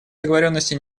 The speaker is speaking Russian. договоренности